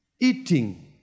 eating